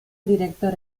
director